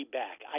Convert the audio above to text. back